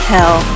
Hell